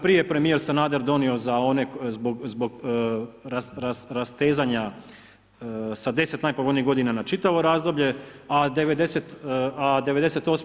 Prije je premijer Sanader donio za one zbog rastezanja sa 10 najpovoljnijih godina na čitavo razdoblje da '98.